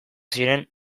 ziren